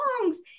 songs